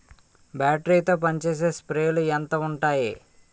Battery తో పనిచేసే స్ప్రేలు ఎంత ఉంటాయి?